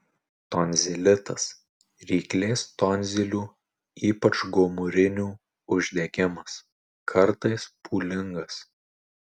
tonzilitas ryklės tonzilių ypač gomurinių uždegimas kartais pūlingas